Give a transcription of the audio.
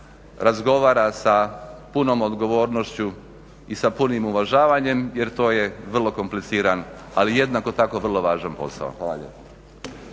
razgovara sa punom odgovornošću i sa punim uvažavanjem jer to je vrlo kompliciran ali jednako tako vrlo važan posao.